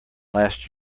last